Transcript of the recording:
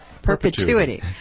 Perpetuity